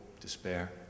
despair